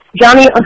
Johnny